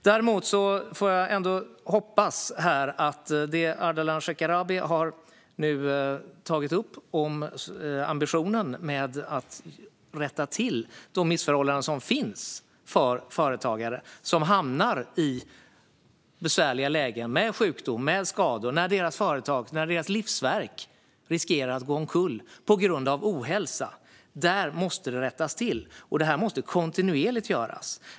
Däremot välkomnar jag det som Ardalan Shekarabi nu har tagit upp om ambitionen att rätta till missförhållandena för de företagare som hamnar i besvärliga lägen med sjukdom eller skador, när deras företag, deras livsverk, riskerar att gå omkull på grund av ohälsa. Detta måste rättas till, och det måste göras kontinuerligt.